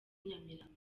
nyamirambo